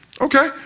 okay